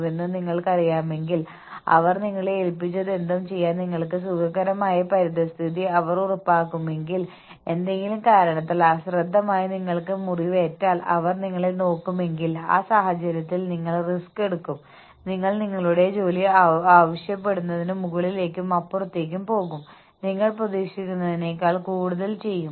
അതിനാൽ ഞങ്ങൾ ടീമിനെ പ്രോത്സാഹിപ്പിക്കുമ്പോൾ ഞങ്ങൾ സഹകരണത്തെ പ്രോത്സാഹിപ്പിക്കുന്നു മത്സരത്തെയല്ല ഞങ്ങൾ തൊഴിലാളികൾക്കിടയിലുള്ള സഹകരണത്തെ പ്രോത്സാഹിപ്പിക്കുകയും ടീമിന് മൊത്തത്തിൽ ഞങ്ങൾ ആനുകൂല്യങ്ങൾ നൽകുകയും ചെയ്യുന്നു